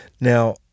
Now